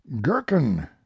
gherkin